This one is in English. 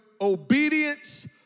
obedience